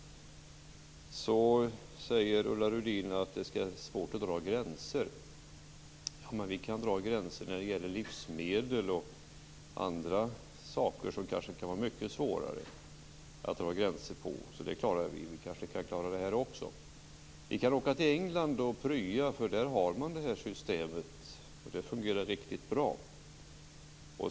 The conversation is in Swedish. Ulla Rudin säger att det är svårt att dra gränser. Vi kan dra gränser när det gäller livsmedel och annat där det kan vara mycket svårare att dra gränser. Det klarar vi. Vi kanske kan klara detta också. Vi kan åka till England och prya, för där har man detta system. Det fungerar riktigt bra.